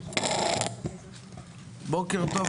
בוקר טוב.